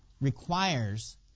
requires